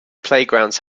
playgrounds